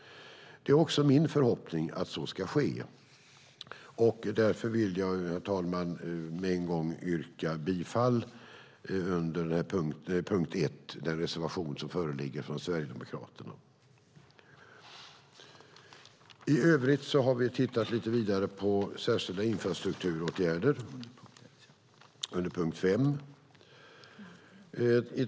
Det är också min förhoppning att så ska ske. Därför vill jag, herr talman, yrka bifall till reservation 2 från Sverigedemokraterna under punkt 1. I övrigt har vi tittat lite vidare på särskilda infrastrukturåtgärder under punkt 6.